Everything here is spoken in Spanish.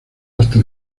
hasta